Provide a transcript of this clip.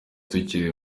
tukiri